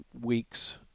weeks